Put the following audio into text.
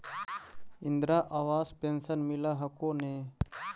Indira Awas pension मिल हको ने?